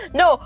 no